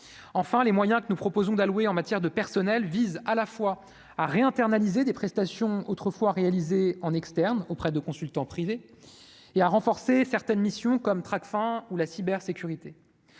enfin les moyens que nous proposons d'allouer en matière de personnel vise à la fois à réinternalisation des prestations autrefois réalisées en externe auprès de consultants privés et à renforcer certaines missions comme Tracfin ou la cyber sécurité